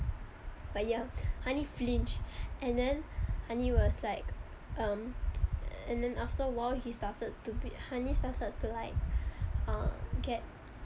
but ya honey flinched and then honey was like um and then after a while he started to be honey started to like uh get